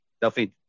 Delphine